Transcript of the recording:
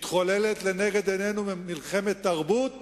מתחוללת לנגד עינינו מלחמת תרבות